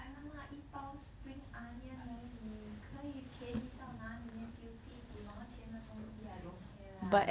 !alamak! 一包 spring onion 而已可以便宜到哪里 N_T_U_C 几毛钱的东西 I don't care lah